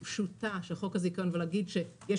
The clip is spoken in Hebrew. לשונית פשוטה של חוק הזיכיון ולומר שיש